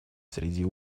среди